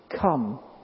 Come